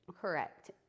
Correct